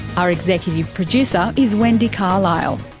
our executive producer is wendy carlisle,